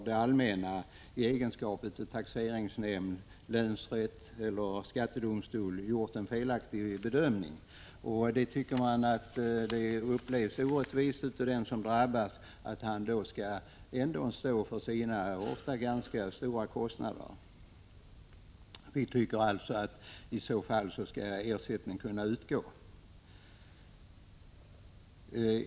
Det allmänna — i egenskap av taxeringsnämnd, länsrätt eller skattedomstol — har alltså gjort en felaktig bedömning. Det upplevs som orättvist av den som drabbas att han ändå skall stå för sina kostnader, som ofta är ganska stora. Vi tycker alltså att ersättning skall kunna utgå i sådana fall.